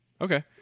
Okay